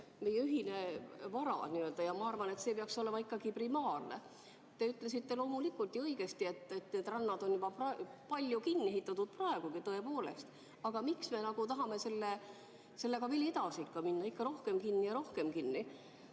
hüve, meie ühine vara, ja ma arvan, et see peaks olema ikkagi primaarne. Te ütlesite loomulikult õigesti, et need rannad on juba praegugi palju kinni ehitatud – tõepoolest. Aga miks me tahame sellega veel edasi minna, ikka rohkem ja rohkem kinni?